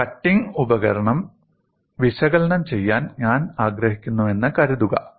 ഒരു കട്ടിംഗ് ഉപകരണം വിശകലനം ചെയ്യാൻ ഞാൻ ആഗ്രഹിക്കുന്നുവെന്ന് കരുതുക